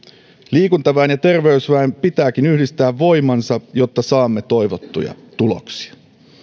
liikuntaväen ja terveysväen pitääkin yhdistää voimansa jotta saamme toivottuja tuloksia